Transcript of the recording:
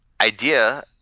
idea